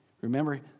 Remember